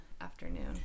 afternoon